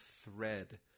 thread